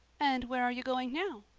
and where are you going now?